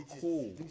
cool